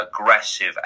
aggressive